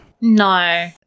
No